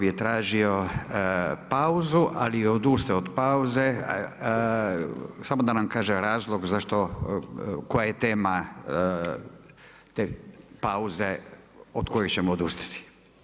je tražio pauzu ali je odustao od pauze, samo da vam kaže razlog zašto, koja je tema te pauze od koje ćemo odustati.